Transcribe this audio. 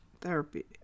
therapy